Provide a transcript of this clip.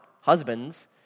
husbands